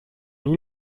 noch